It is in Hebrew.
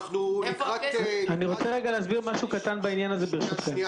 אנחנו לקראת סיכום אז תגיד רק משהו שלא נאמר.